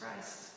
Christ